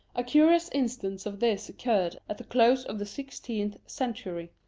a curious instance of this occurred at the close of the sixteenth century,